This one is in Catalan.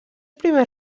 primers